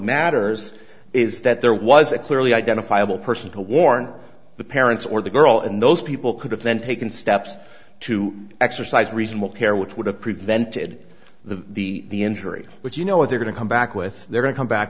matters is that there was a clearly identifiable person to warn the parents or the girl and those people could have then taken steps to exercise reasonable care which would have prevented the the injury but you know what they're going to come back with they're going come back